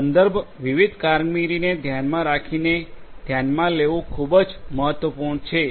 સંદર્ભ વિવિધ કામગીરીને ધ્યાનમાં રાખીને ધ્યાનમાં લેવું ખૂબ જ મહત્વપૂર્ણ છે